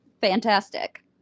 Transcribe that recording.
Fantastic